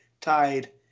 tied